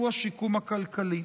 שהוא השיקום הכלכלי.